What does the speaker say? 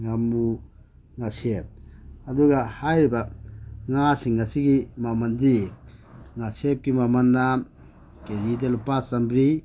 ꯉꯥꯃꯨ ꯉꯥꯁꯦꯞ ꯑꯗꯨꯒ ꯍꯥꯏꯔꯤꯕ ꯉꯥꯁꯤꯡ ꯑꯁꯤꯒꯤ ꯃꯃꯟꯗꯤ ꯉꯥꯁꯦꯞꯀꯤ ꯃꯃꯟꯅ ꯀꯦꯖꯤꯗ ꯂꯨꯄꯥ ꯆꯃꯔꯤ